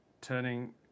turning